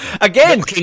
Again